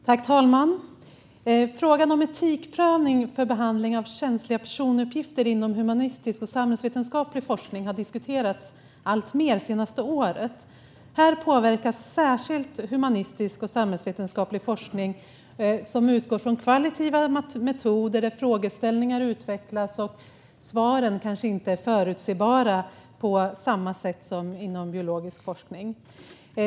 Fru talman! Frågan om etikprövning för behandling av känsliga personuppgifter inom humanistisk och samhällsvetenskaplig forskning har diskuterats alltmer det senaste året. Här påverkas särskilt humanistisk och samhällsvetenskaplig forskning som utgår från kvalitativa metoder där frågeställningar utvecklas och där svaren kanske inte är förutsägbara på samma sätt som inom biologisk forskning.